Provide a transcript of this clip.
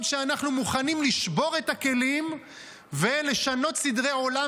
שאנחנו מוכנים לשבור את הכלים ולשנות סדרי עולם